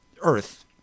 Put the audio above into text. Earth